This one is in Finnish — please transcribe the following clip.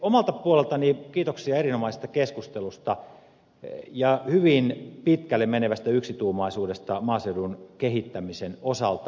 omalta puoleltani kiitoksia erinomaisesta keskustelusta ja hyvin pitkälle menevästä yksituumaisuudesta maaseudun kehittämisen osalta